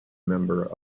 member